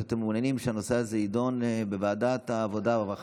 שאתם מעוניינים שהנושא הזה יידון בוועדת העבודה והרווחה.